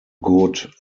good